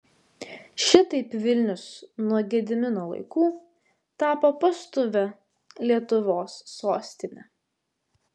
šitaip vilnius nuo gedimino laikų tapo pastovia lietuvos sostine